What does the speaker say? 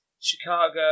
Chicago